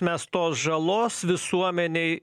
mes tos žalos visuomenei